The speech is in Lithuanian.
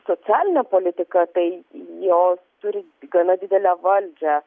socialinę politiką tai jos turi gana didelę valdžią